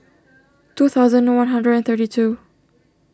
two thousand one hundred and thirty two